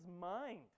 mind